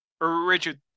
Richard